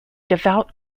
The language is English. devout